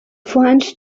french